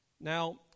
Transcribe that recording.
Now